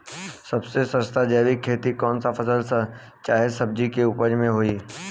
सबसे सस्ता जैविक खेती कौन सा फसल चाहे सब्जी के उपज मे होई?